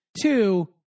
Two